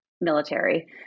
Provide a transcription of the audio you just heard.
military